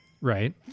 Right